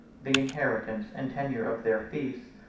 the inheritance and tenure of their fiefs,